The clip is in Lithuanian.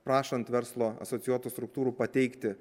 prašant verslo asocijuotų struktūrų pateikti